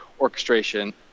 orchestration